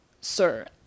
sir